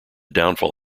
downfall